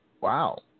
Wow